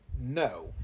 No